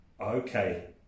okay